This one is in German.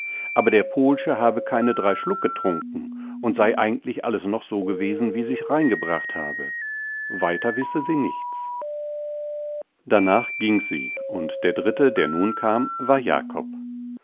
aber der pohlsche hätte keine drei schluck getrunken und sei eigentlich alles noch so gewesen wie sie's reingebracht habe weiter wisse sie nichts danach ging sie und der dritte der nun kam war jakob